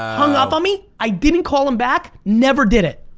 hung up on me. i didn't call him back, never did it.